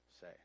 say